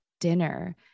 dinner